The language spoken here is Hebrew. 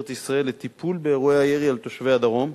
ישראל לטיפול באירועי הירי על תושבי הדרום,